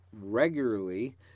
regularly